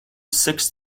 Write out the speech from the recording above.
six